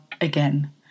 again